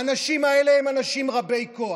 האנשים האלה הם אנשים רבי-כוח,